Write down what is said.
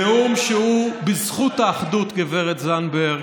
נאום שהוא בזכות האחדות, גב' זנדברג,